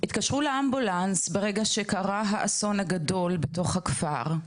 התקשרו לאמבולנס ברגע שקרה האסון הגדול בתוך הכפר,